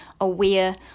aware